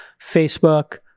Facebook